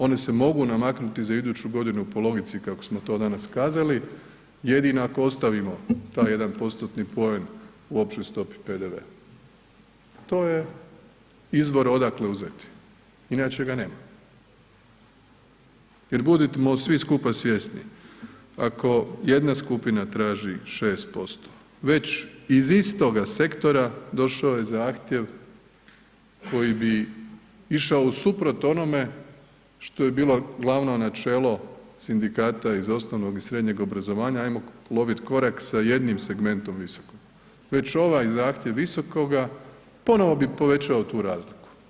Oni se mogu namaknuti za iduću godinu u polovici kako smo to danas kazali, jedino ako ostavimo taj jedan postotni poen u općoj stopi PDV-a, to je izvor odakle uzeti, inače ga nema jer budimo svi skupa svjesni ako jedna skupina traži 6%, već iz istoga sektora došao je zahtjev koji bi išao usuprot onome što je bio glavno načelo sindikata iz osnovnog i srednjeg obrazovanja, ajmo loviti korak s jednim segmentom visokog, već ovaj zahtjev visokoga ponovno bi povećao tu razliku.